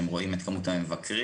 אתם רואים את כמות המבקרים,